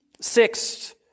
Sixth